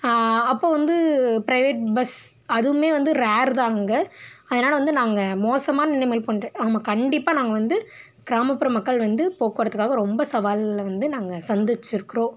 அப்போது வந்து private bus அதுவும் வந்து ரேர் தான் அங்கே அதனால் வந்து நாங்கள் மோசமான நிலமை பண்ணுற ஆமா கண்டிப்பாக நாங்கள் வந்து கிராமப்புற மக்கள் வந்து போக்குவரத்துக்காக ரொம்ப சவாலை வந்து நாங்கள் சந்திச்சிருக்கிறோம்